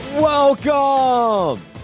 Welcome